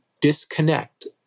disconnect